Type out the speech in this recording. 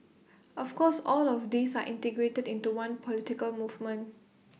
of course all of these are integrated into one political movement